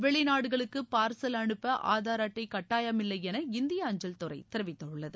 வெளிநாடுகளுக்கு பார்சல் அனுப்ப ஆதார் அட்டை கட்டாயமில்லை என இந்திய அஞ்சல் துறை தெரிவித்துள்ளது